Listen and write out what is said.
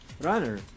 runner